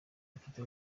mufite